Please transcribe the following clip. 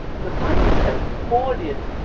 and the findings have poured in.